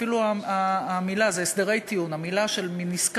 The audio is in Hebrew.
אפילו הביטוי זה "הסדרי טיעון" מין עסקה